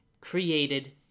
created